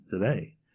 today